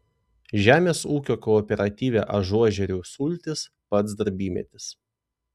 žemės ūkio kooperatyve ažuožerių sultys pats darbymetis